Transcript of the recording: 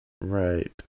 Right